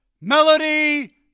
Melody